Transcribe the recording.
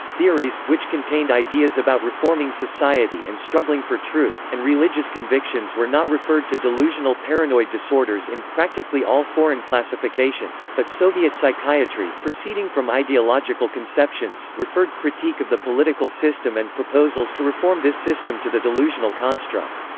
theories, which contained ideas about reforming society and struggling for truth, and religious convictions were not referred to delusional paranoid disorders in practically all foreign classifications, but soviet psychiatry, proceeding from ideological conceptions, referred critique of the political system and proposals to reform this system to the delusional construct.